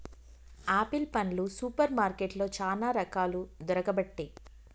apple పండ్లు super మార్కెట్లో చానా రకాలు దొరుకబట్టె